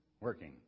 working